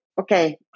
okay